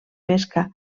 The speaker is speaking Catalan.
pesca